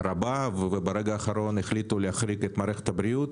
רבה וברגע האחרון החליטו להחריג את מערכת הבריאות